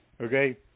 Okay